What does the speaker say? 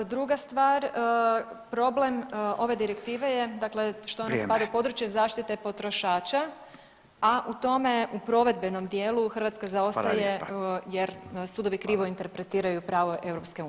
Druga stvar, problem ove Direktive je dakle što [[Upadica: Vrijeme.]] ne spada u područje zaštite potrošača, a u tome u provedbenom dijelu Hrvatska zaostaje jer [[Upadica: Hvala lijepa.]] sudovi krivo interpretiraju pravo EU.